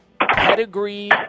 pedigree